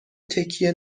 تکیه